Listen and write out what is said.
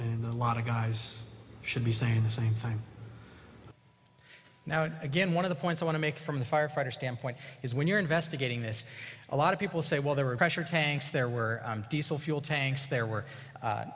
and a lot of guys should be saying the same time now and again one of the points i want to make from the firefighter standpoint is when you're investigating this a lot of people say well there were pressure tanks there were diesel fuel tanks there were